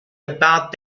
about